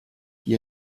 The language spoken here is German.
die